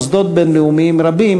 במוסדות לאומיים רבים,